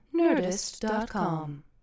Nerdist.com